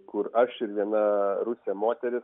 kur aš ir viena rusė moteris